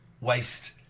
Waste